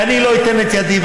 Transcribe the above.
ואני לא אתן את ידי,